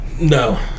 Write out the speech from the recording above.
No